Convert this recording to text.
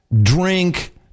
drink